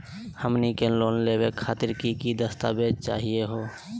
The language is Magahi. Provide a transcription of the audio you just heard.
हमनी के लोन लेवे खातीर की की दस्तावेज चाहीयो हो?